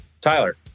Tyler